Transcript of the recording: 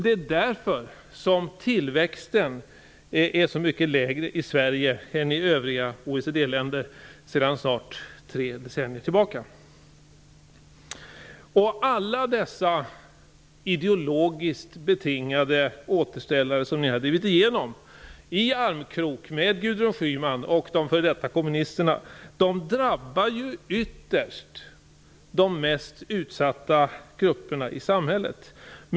Det är därför som tillväxten är så mycket lägre i Sverige än i övriga OECD-länder sedan snart tre decennier tillbaka. Alla dessa ideologiskt betingade återställare som ni har drivit igenom, i armkrok med Gudrun Schyman och de f.d. kommunisterna, drabbar ju ytterst de mest utsatta grupperna i samhället.